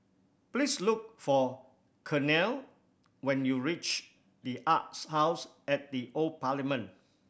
please look for Kenia when you reach The Arts House at the Old Parliament